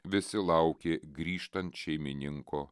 visi laukė grįžtant šeimininko